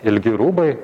ilgi rūbai